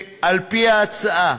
על-פי ההצעה,